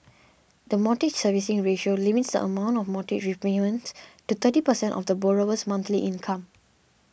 the Mortgage Servicing Ratio limits the amount for mortgage repayments to thirty percent of the borrower's monthly income